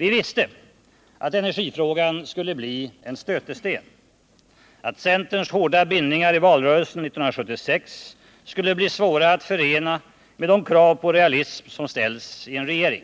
Vi visste att energifrågan skulle bli en stötesten, att centerns hårda bindningar i valrörelsen 1976 skulle bli svåra att förena med de krav på realism som ställs i en regering.